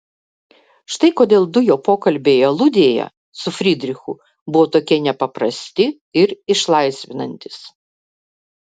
štai kodėl du jo pokalbiai aludėje su frydrichu buvo tokie nepaprasti ir išlaisvinantys